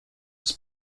was